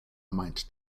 meint